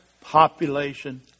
population